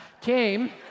came